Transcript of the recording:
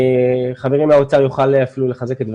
חברי מהאוצר יוכל אפילו לחזק את דבריי.